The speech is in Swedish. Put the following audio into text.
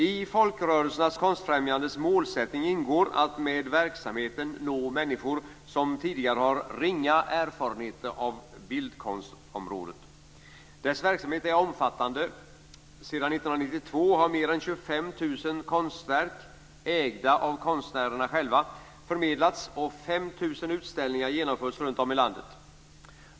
I Folkrörelsernas Konstfrämjandes målsättning ingår att med verksamheten nå människor som tidigare har ringa erfarenhet av bildkonstområdet. Dess verksamhet är omfattande. Sedan 1992 har mer än 25 000 konstverk - ägda av konstnärerna själva - förmedlats och 5 000 utställningar genomförts runt om i landet.